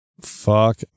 Fuck